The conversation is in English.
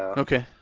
okay.